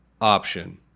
option